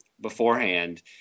beforehand